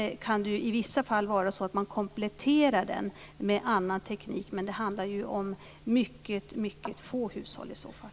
I vissa fall kan man komma att komplettera den med annan teknik, men det handlar i så fall om mycket få hushåll.